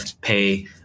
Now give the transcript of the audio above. pay